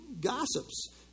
Gossips